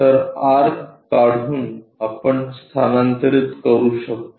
तर आर्क काढून आपण स्थानांतरित करू शकतो